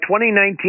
2019